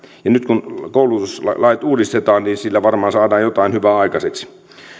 ja nyt kun koulutuslait uudistetaan niin sillä varmaan saadaan jotain hyvää aikaiseksi